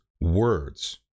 words